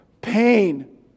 pain